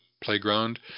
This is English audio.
playground